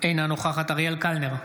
אינה נוכחת אריאל קלנר,